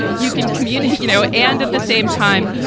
you can communicate, you know, and at the same time,